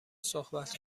صحبت